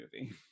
movie